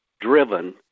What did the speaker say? driven